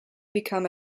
become